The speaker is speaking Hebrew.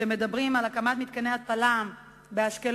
מדברים על הקמת מתקני התפלה באשקלון,